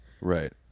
Right